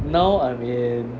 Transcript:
now I'm in